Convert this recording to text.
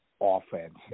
offense